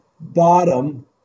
bottom